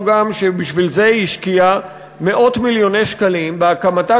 גם שבשביל זה היא השקיעה מאות מיליוני שקלים בהקמתה